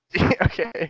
Okay